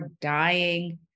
dying